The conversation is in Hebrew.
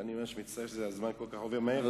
אני מצטער שהזמן עובר מהר.